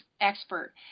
expert